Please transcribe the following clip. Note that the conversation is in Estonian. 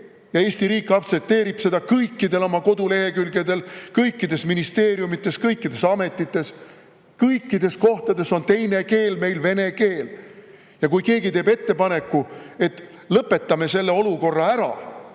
Eesti riik aktsepteerib seda kõikidel oma kodulehekülgedel, kõikides ministeeriumides, kõikides ametites. Kõikides kohtades on teine keel vene keel. Ja kui keegi teeb ettepaneku, et lõpetame selle olukorra ära